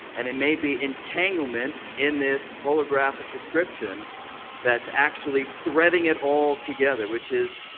and it may be entanglement in this holographic description that's actually threading it all together, which is,